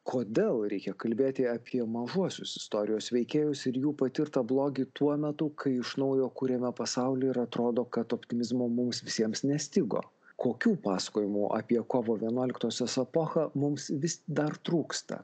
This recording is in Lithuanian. kodėl reikia kalbėti apie mažuosius istorijos veikėjus ir jų patirtą blogį tuo metu kai iš naujo kuriame pasaulį ir atrodo kad optimizmo mums visiems nestigo kokių pasakojimų apie kovo vienuoliktosios epochą mums vis dar trūksta